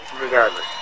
regardless